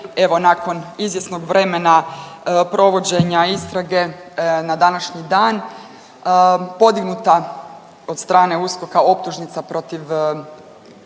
evo nakon izvjesnog vremena provođenja istrage na današnji dan podignuta od strane USKOK-a optužnica protiv